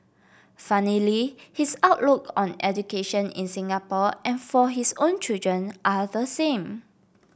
funnily his outlook on education in Singapore and for his own children are the same